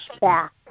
back